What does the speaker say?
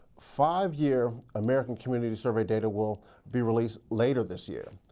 five year, american community survey data will be released later this year.